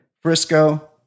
frisco